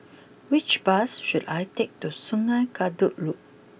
which bus should I take to Sungei Kadut Loop